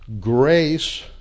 grace